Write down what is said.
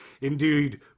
indeed